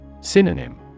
Synonym